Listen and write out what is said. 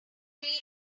days